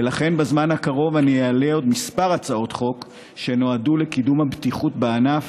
ולכן בזמן הקרוב אעלה עוד כמה הצעות חוק שנועדו לקידום הבטיחות בענף,